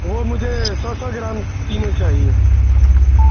وہ مجھے سو سو گرام تینوں چاہیے